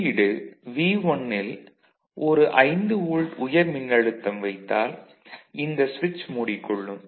உள்ளீடு V1 ல் ஒரு 5 வோல்ட் உயர் மின்னழுத்தம் வைத்தால் இந்த சுவிட்ச் மூடிக் கொள்ளும்